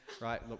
right